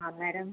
അന്നേരം